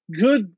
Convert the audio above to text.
good